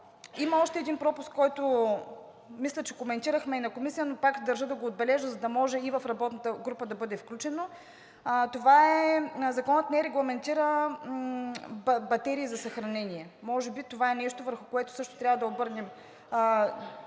Има още един пропуск, който мисля, че коментирахме и на комисия, но пак държа да го отбележа, за да може и в работната група да бъде включено – това е, че Законът не регламентира батерии за съхранение. Може би това е нещо, върху което също трябва да обърнем